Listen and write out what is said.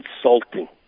insulting